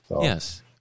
Yes